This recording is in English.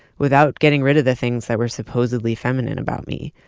without getting rid of the things that were supposedly feminine about me.